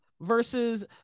versus